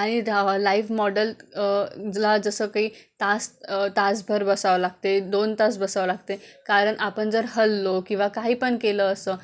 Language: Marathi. आणि रा लाईव्ह मॉडलला जसं काई तास तासभर बसावं लागते दोन तास बसावं लागते कारण आपण जर हललो किंवा काही पण केलं असं